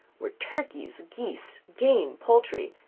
were turkeys, geese, game, poultry,